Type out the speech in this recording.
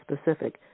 specific